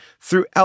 throughout